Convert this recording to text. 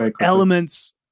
elements